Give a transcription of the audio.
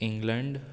England